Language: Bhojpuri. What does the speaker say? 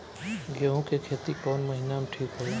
गेहूं के खेती कौन महीना में ठीक होला?